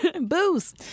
booze